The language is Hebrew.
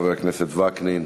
חבר הכנסת וקנין.